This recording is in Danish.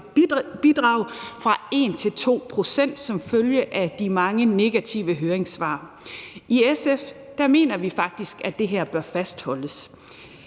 stiftsbidrag fra 1 til 2 pct. som følge af de mange negative høringssvar. I SF mener vi faktisk, at det her bør fastholdes.